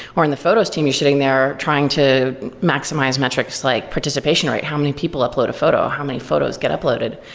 or in the photos team, you sitting there trying to maximize metrics like participation rate. how many people upload a photo? how many photos get uploaded?